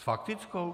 S faktickou?